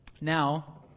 Now